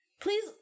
please